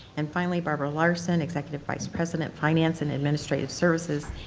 and finally, barbara larson, executive vice president finance and administrative services,